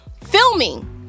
filming